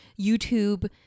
YouTube